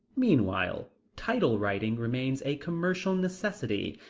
meanwhile title writing remains a commercial necessity.